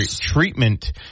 treatment